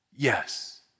Yes